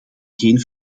geen